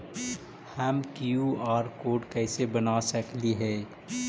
हम QR code कैसे बना सकली ही?